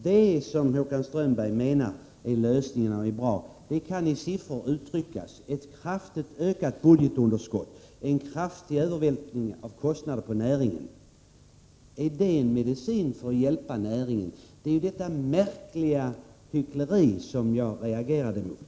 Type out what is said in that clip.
Det som Håkan Strömberg menar är de bra lösningarna kan uttryckas i siffror, i ett kraftigt ökat budgetunderskott och en kraftig övervältring av kostnader på näringen. Är det en medicin för att hjälpa näringen? Det är detta märkliga hyckleri som jag reagerar mot.